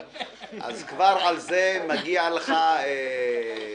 אז כבר על זה מגיע לך צל"ש...